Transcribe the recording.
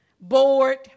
bored